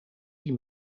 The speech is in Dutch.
die